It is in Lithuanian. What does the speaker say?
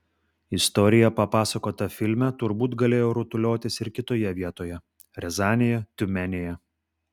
istorija papasakota filme turbūt galėjo rutuliotis ir kitoje vietoje riazanėje tiumenėje